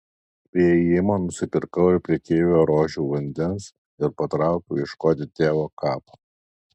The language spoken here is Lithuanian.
prie įėjimo nusipirkau iš prekeivio rožių vandens ir patraukiau ieškoti tėvo kapo